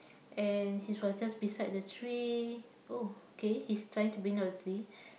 and he was just beside the tree oh K he's trying to bring down the tree